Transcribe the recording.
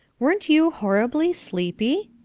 weren't you horribly sleepy?